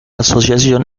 asociación